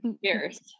years